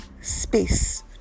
space